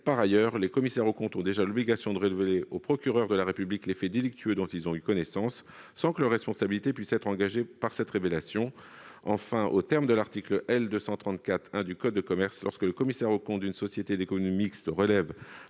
Par ailleurs, les commissaires aux comptes ont déjà l'obligation de révéler au procureur de la République les faits délictueux dont ils ont eu connaissance, sans que leur responsabilité puisse être engagée par cette révélation. Enfin, aux termes de l'article L. 234-1 du code de commerce, lorsque le commissaire aux comptes d'une société d'économie mixte relève,